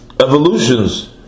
evolutions